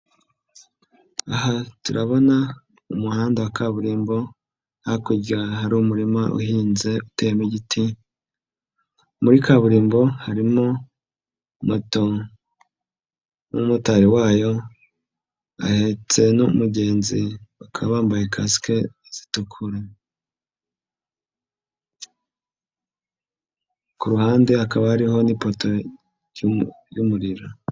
Aha turabona umuhanda wa kaburimbo, hakurya hari umurima uhinze uteyemo igiti, muri kaburimbo harimo moto n'umotari wayo, ahetse n'umugenzi, bakaba bambaye kasike zitura, ku ruhande haka hariho n'ipoto y'umuriro.